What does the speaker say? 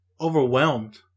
overwhelmed